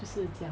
就是这样